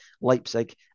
Leipzig